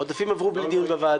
העודפים עברו לוועדה,